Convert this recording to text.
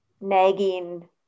nagging